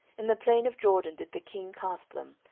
in the plain of jordan did the king cast them,